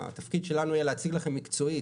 התפקיד שלנו יהיה להציג לכם מקצועית,